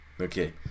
okay